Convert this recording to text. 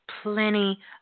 Plenty